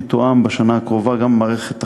יתואם בשנה הקרובה גם במערכת החינוך.